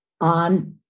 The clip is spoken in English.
on